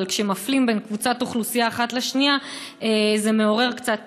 אבל כשמפלים בין קבוצת אוכלוסייה אחת לשנייה זה מעורר קצת תהייה.